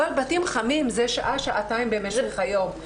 אבל בתים חמים זה שעה שעתיים במשך היום.